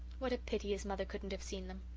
what a pity his mother couldn't have seen them!